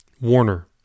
Warner